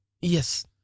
Yes